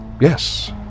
Yes